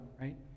right